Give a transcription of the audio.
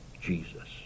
jesus